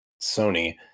Sony